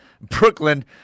Brooklyn